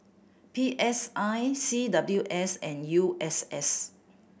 P S I C W S and U S S